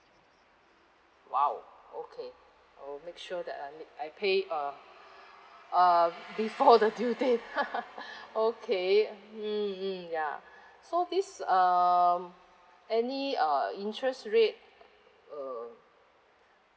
!wow! okay okay I will make sure that I need I'll pay uh uh before the due date okay mm mm ya so this um any uh interest rate err